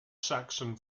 saxon